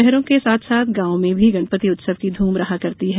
शहरों के साथ साथ गांवों में भी गणपति उत्सव की धूम रहा करती है